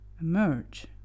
emerge